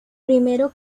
primero